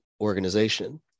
organization